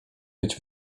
być